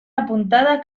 apuntada